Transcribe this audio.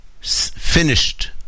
finished